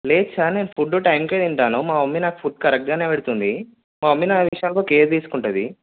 లేదు సార్ నేను ఫుడ్డు టైంకే తింటాను మా మమ్మీ నాకు ఫుడ్ కరెక్ట్గా పెడుతుంది మా మమ్మీ నా విషయంలో కేర్ తీసుకుంటుంది